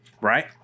right